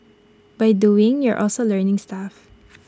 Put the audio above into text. by doing you're also learning stuff